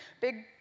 big